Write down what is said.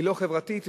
לא חברתית,